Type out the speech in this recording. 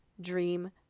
dream